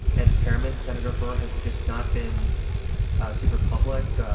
as chairman, senator burr has just not been super public,